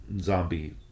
zombie